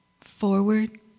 forward